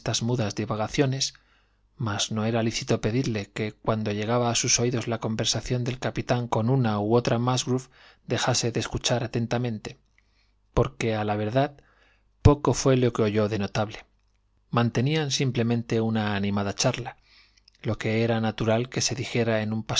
mudas divagaciones mas no era lícito pedirle que cuando llegaba a sus oídos la conversación del capitán con una u otra musgrove dejase de escuchar atentamente aunque a la verdad poco fué lo que oyó de notable mantenían simplemente una animada charla lo que era natural que se dijera en un